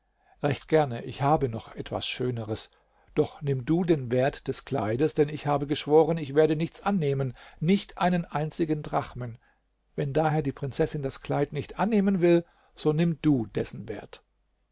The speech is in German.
recht gerne ich habe noch etwas schöneres doch nimm du den wert des kleides denn ich habe geschworen ich werde nichts annehmen nicht einen einzigen drachmen wenn daher die prinzessin das kleid nicht annehmen will so nimm du dessen wert